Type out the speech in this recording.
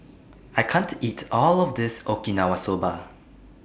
I can't eat All of This Okinawa Soba